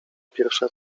pierwsza